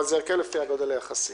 אבל זה הרכב לפי הגודל היחסי.